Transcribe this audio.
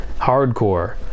hardcore